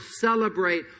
celebrate